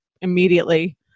immediately